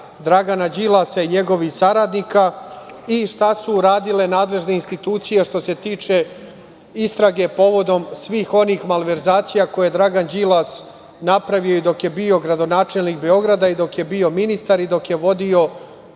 Dragana Đilasa i njegovih saradnika i šta su uradile nadležne institucije što se tiče istrage povodom svih onih malverzacija koje je Dragan Đilas napravio dok je bio gradonačelnik Beograda i dok je bio ministar i dok je vodio